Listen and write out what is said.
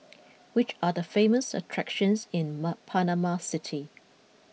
which are the famous attractions in Panama City